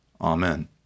Amen